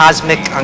Cosmic